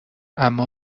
اما